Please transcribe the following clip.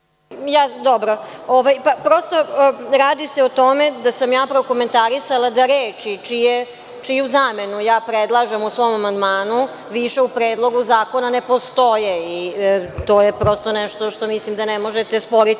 Prosto, radi se o tome da sam ja prokomentarisala da reči čiju zamenu ja predlažem u svom amandmanu više u Predlogu zakona ne postoje, to je prosto nešto što mislim da ne možete sporiti.